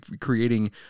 creating